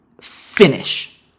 finish